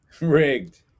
rigged